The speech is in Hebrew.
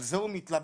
על זה הוא מתלבש?